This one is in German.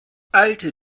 alte